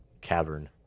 cavern